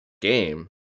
game